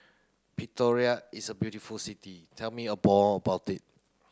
Pretoria is a beautiful city tell me about it